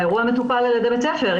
האירוע מטופל על ידי בית הספר,